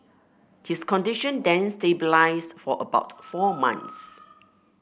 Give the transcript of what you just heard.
his condition then stabilised for about four months